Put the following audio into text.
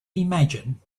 imagine